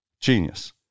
genius